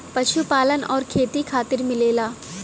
पशुपालन आउर खेती खातिर मिलेला